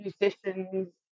musicians